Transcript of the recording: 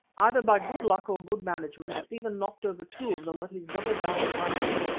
either by good luck or good management stephen knocked over two of them with his double-barrelled rifle,